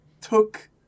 took